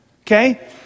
Okay